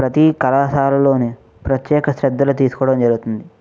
ప్రతి కళాశాలలోను ప్రత్యేక శ్రద్ధలు తీసుకోవడం జరుగుతుంది